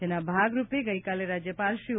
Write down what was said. જેના ભાગરુપે ગઇકાલે રાજ્યપાલ શ્રી ઓ